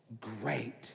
great